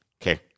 Okay